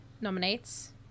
nominates